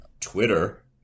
Twitter